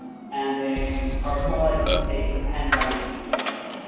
and they are more likely to say it depends on the situation.